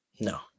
No